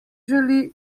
želi